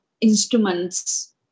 instruments